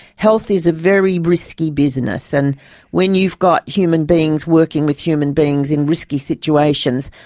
health is a very risky business and when you've got human beings working with human beings in risky situations,